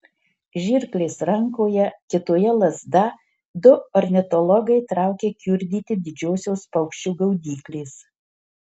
žirklės rankoje kitoje lazda du ornitologai traukia kiurdyti didžiosios paukščių gaudyklės